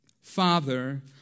Father